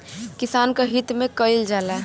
किसान क हित में कईल जाला